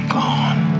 gone